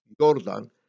Jordan